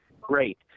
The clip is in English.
Great